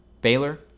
Baylor